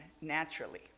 naturally